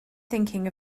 thinking